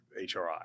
HRI